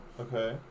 Okay